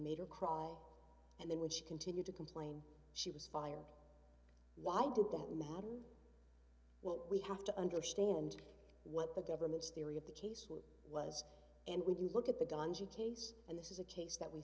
made her cry and then when she continued to complain she was fired why did that matter well we have to understand what the government's theory of the case was and when you look at the guns you case and this is a case